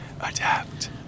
Adapt